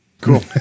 Cool